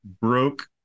broke